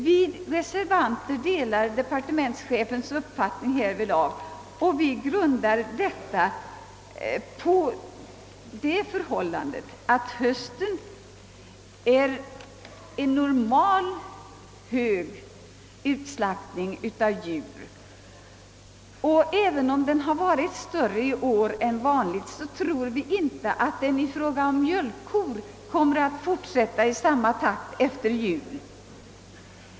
Vi reservanter delar departementschefens uppfattning härvidlag, och vi grundar denna inställning på att det på hösten brukar vara en normal högutslaktning av djur. även om utslaktningen i år varit större än vanligt, tror vi inte att den i fråga om mjölkkor kommer att fortsätta i samma takt efter jul.